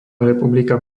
republika